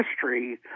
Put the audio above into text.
history